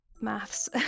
maths